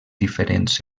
diferents